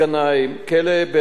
כלא באר-שבע,